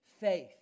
Faith